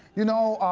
you know,